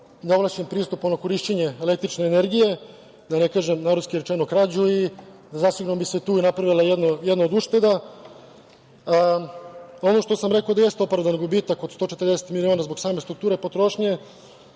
neovlašćen pristup, ono korišćenje električne energije, da ne kažem narodski rečeno – krađu. Zasigurno bi su tu napravila jedna od ušteda. Ono što sam rekao da jeste opravdano gubitak od 140 miliona zbog same strukture potrošnje,